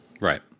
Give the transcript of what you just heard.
Right